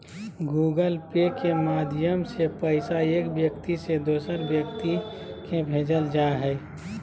Google Pay के माध्यम से पैसा एक व्यक्ति से दोसर व्यक्ति के भेजल जा हय